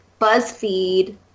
BuzzFeed